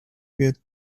wird